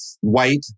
white